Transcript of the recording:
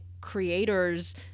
creators